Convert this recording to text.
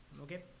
Okay